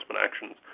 actions